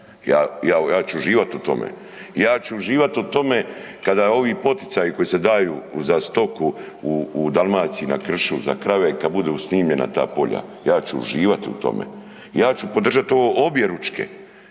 Ja ću uživat u tome, ja ću uživat u tome kada ovi poticaji koji se daju za stoku u Dalmaciji na kršu za krave kad budu snimljena ta polja. Ja ću podržat ovo objeručke,